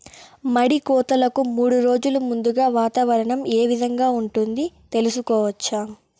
మడి కోతలకు మూడు రోజులు ముందుగా వాతావరణం ఏ విధంగా ఉంటుంది, తెలుసుకోవచ్చా?